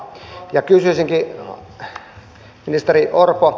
kysyisinkin ministeri orpo